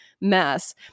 mess